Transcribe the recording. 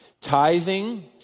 Tithing